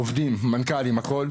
עובדים, מנכ"לים, הכול,